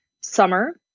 summer